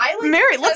Mary